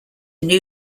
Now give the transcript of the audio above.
new